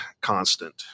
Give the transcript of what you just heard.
constant